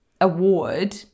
award